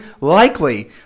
likely